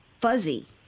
fuzzy